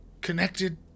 connected